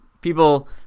people